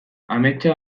ametsa